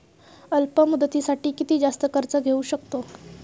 अल्प मुदतीसाठी किती जास्त कर्ज घेऊ शकतो?